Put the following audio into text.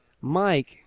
Mike